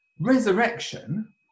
Resurrection